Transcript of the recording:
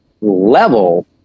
level